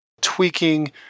tweaking